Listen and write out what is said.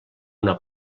una